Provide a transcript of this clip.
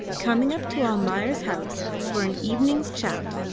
coming up to almayer's house for an evening's chat,